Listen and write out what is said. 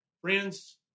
Friends